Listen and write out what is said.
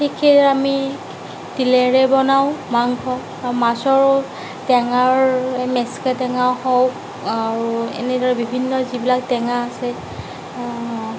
ঠিক সেইদৰে আমি তিলেৰে বনাওঁ মাংস বা মাছৰো টেঙাৰ এই মেচেকা টেঙাও হওক আৰু এনেদৰে বিভিন্ন যিবিলাক টেঙা আছে